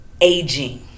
aging